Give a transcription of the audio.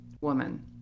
woman